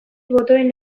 botoen